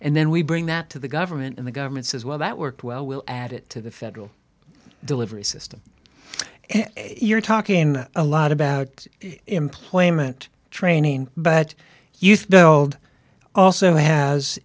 and then we bring that to the government and the government says well that worked well we'll add it to the federal delivery system and you're talking in a lot about employment training but you know old also has